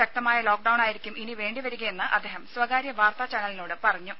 ശക്തമായ ലോക്ഡൌണായിരിക്കും ഇനി വേണ്ടി വരികയെന്ന് അദ്ദേഹം സ്വകാര്യ വാർത്താ ചാനലിനോട് പറഞ്ഞു